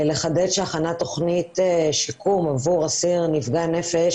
הכנת תוכנית שיקום עבור אסיר נפגע נפש